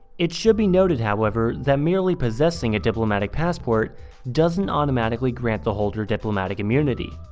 it should be noted however that merely possessing a diplomatic passport doesn't automatically grant the holder diplomatic immunity,